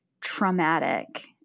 traumatic